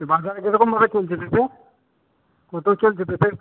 বাজারে কী রকমভাবে চলছে পেঁপে কত চলছে পেঁপে